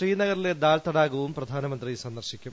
ശ്രീനഗറിലെ ദാൽ തടാകവും പ്രധാനമന്ത്രി സന്ദർശിക്കും